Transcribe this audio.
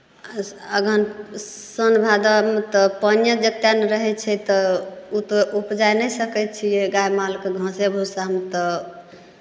अस अगहन सावन भादोमे तऽ पानि जत्तै ने रहै छै तऽ ओ तऽ उपजा नहि सकै छियै गाय मालके घासे भुस्सामे तऽ